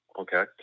Okay